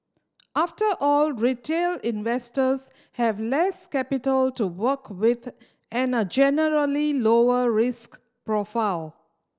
after all retail investors have less capital to work with and a generally lower risk profile